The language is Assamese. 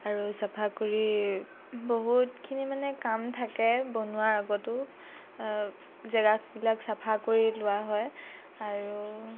আৰু চাফা কৰি বহুতখিনি মানে কাম থাকে বনোৱাৰ আগতো জেগাবিলাক চাফা কৰি লোৱা হয় আৰু